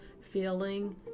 feeling